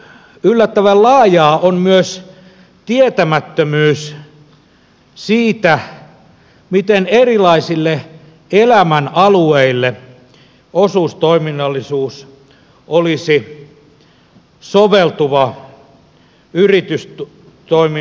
yllättävän laajaa on myös tietämättömyys siitä miten erilaisille elämänalueille osuustoiminnallisuus olisi soveltuva yritystoiminnan muoto